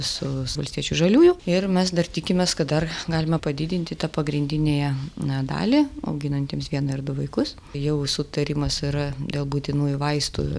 su valstiečių žaliųjų ir mes dar tikimės kad dar galima padidinti tą pagrindinėje na dalį auginantiems vieną ir du vaikus jau sutarimas yra dėl būtinųjų vaistų